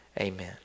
Amen